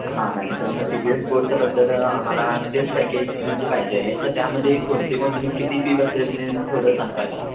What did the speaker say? हां मॅम तर मग सी बी एस बोर्डच्याबद्दल आम्हाला तेच पॅकेज म्हणजे पाहिजे आहे तर त्यामध्ये कोणते कोणते म्हणजे किती फी बसेल ते आणि थोडं सांगता का